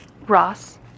Ross